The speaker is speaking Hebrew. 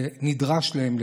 ונדרש להן.